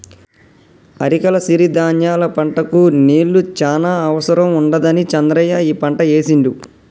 అరికల సిరి ధాన్యాల పంటకు నీళ్లు చాన అవసరం ఉండదని చంద్రయ్య ఈ పంట ఏశిండు